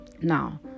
Now